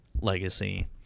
legacy